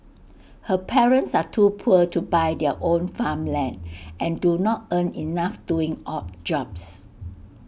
her parents are too poor to buy their own farmland and do not earn enough doing odd jobs